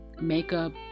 makeup